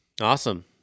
awesome